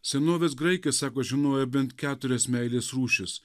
senovės graikai sako žinoję bent keturias meilės rūšis